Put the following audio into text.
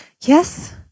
yes